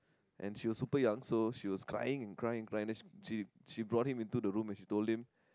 and she was super young so she was crying and crying and crying then she she brought him into the room and she told him